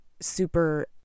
super